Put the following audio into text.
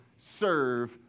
serve